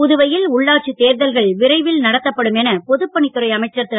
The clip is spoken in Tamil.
புதுவையில் உள்ளாட்சி தேர்தல்கள் விரைவில் நடத்தப்படும் என பொதுப்பணித்துறை அமைச்சர் திரு